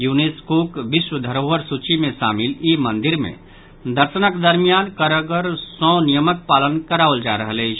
यूनेस्कोक विश्व धरोहर सूची मे शामिल ई मंदिर मे दर्शनक दरमियान कड़गड़ सॅ नियमक पालन कराओल जा रहल अछि